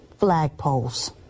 flagpoles